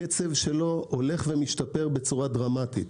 הקצב שלו הולך ומשתפר דרמטית.